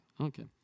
Okay